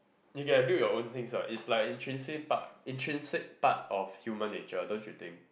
you can build your own things [what] is like intrinsic intrinsic part of human nature don't you think